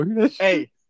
hey